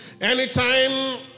Anytime